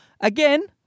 again